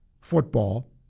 football